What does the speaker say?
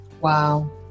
Wow